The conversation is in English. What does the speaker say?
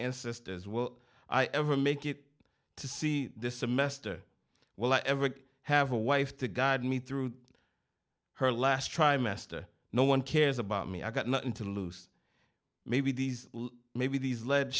ancestors well i ever make it to see this semester well i ever have a wife to guide me through her last trimester no one cares about me i got nothing to lose maybe these maybe these le